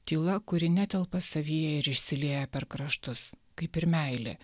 tyla kuri netelpa savyje ir išsilieja per kraštus kaip ir meilė